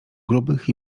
grubych